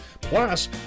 Plus